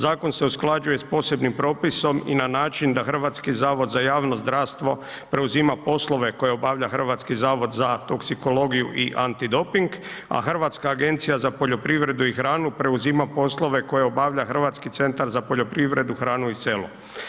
Zakon se usklađuje sa posebnim propisom i na način da Hrvatski zavod za javno zdravstvo preuzima poslove koje obavlja Hrvatski zavod za toksikologiju i antidoping a Hrvatska agencija za poljoprivredu i hranu preuzima poslove koje obavlja Hrvatski centar za poljoprivredu, hranu i selo.